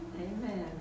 Amen